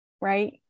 right